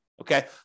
okay